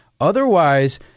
Otherwise